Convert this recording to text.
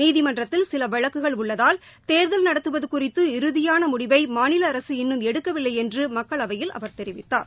நீதிமன்றத்தில் சிலவழக்குகள் உள்ளதால் தேர்தல் நடத்துவதுகுறித்து இறுதியானமுடிவைமாநிலஅரசு இன்னும் எடுக்கவில்லைஎன்றுமக்களவையில் அவர் தெரிவித்தார்